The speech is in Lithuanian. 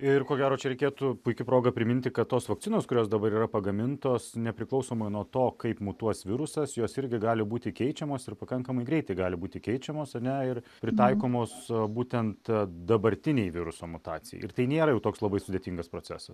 ir ko gero čia reikėtų puiki proga priminti kad tos vakcinos kurios dabar yra pagamintos nepriklausomai nuo to kaip mutuos virusas jos irgi gali būti keičiamos ir pakankamai greitai gali būti keičiamos ar ne ir pritaikomos būtent dabartinei viruso mutacijai ir tai nėra jau toks labai sudėtingas procesas